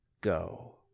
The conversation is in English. Go